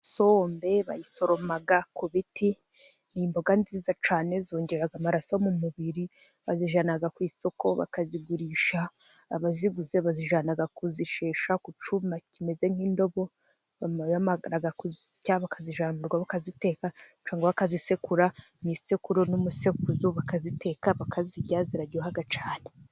Isombe bayisoroma ku biti, ni imboga nziza cyane zongera amaraso mu mubiri, bazijyana ku isoko bakayigurisha, abayiguze bayijyana kuyishesha ku cyuma kimeze nk'indobo, bamara kuyistya bakayijyana murugo bakayiteka cyangwa bakayisekura mw'isekuru n'umusekuzo, bakayiteka bakayirya zira ryoha cyane.